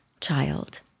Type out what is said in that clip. child